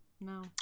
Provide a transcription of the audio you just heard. No